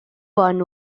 bon